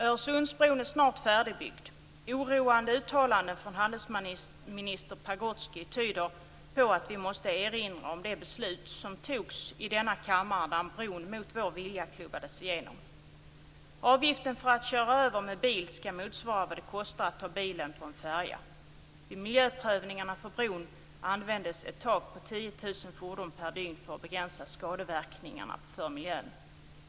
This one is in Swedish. Öresundsbron är snart färdigbyggd. Oroande uttalanden från handelsminister Pagrotsky tyder på att vi måste erinra om det beslut som togs i denna kammare när bron mot vår vilja klubbades igenom. Avgiften för att köra över med bil skall motsvara vad det kostar att ta bilen på en färja. Vid miljöprövningarna för bron användes ett tak på 10 000 fordon per dygn för att begränsa skadeverkningarna för miljön.